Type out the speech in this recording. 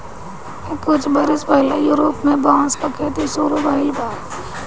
कुछ बरिस पहिले यूरोप में बांस क खेती शुरू भइल बा